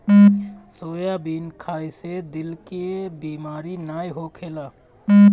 soybean खाए से दिल के बेमारी नाइ होखेला